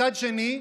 מצד שני,